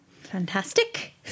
Fantastic